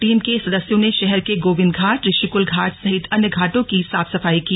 team के सदस्यों ने शहर के गोविंद घाट ऋषिक्ल घाट सहित अन्य घाटों की साफ सफाई की